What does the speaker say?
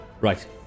Right